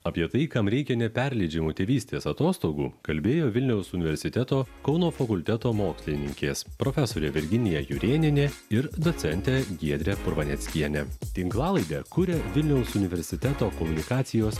apie tai kam reikia neperleidžiamų tėvystės atostogų kalbėjo vilniaus universiteto kauno fakulteto mokslininkės profesorė virginija jurėnienė ir docentė giedrė purvaneckienė tinklalaidę kuria vilniaus universiteto komunikacijos